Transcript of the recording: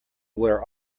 where